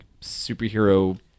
superhero